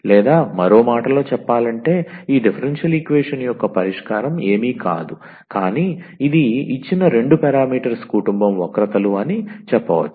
లేదా మరో మాటలో చెప్పాలంటే ఈ డిఫరెన్షియల్ ఈక్వేషన్ యొక్క పరిష్కారం ఏమీ కాదు కానీ ఇది ఇచ్చిన రెండు పారామీటర్స్ కుటుంబం వక్రతలు అని చెప్పవచ్చు